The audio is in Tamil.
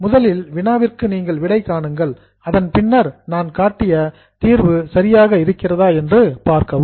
முதலில் வினாவிற்கு நீங்கள் விடை காணுங்கள் அதன் பின்னர் நான் காட்டிய சொல்யூஷன் தீர்வு சரியாக இருக்கிறதா என்று பார்க்கவும்